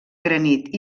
granit